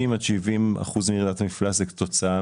60% עד 70% מירידת המפלס היא כתוצאה